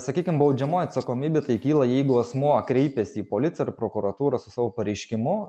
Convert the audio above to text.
sakykim baudžiamoji atsakomybė tai kyla jeigu asmuo kreipiasi į policiją ar prokuratūrą su savo pareiškimu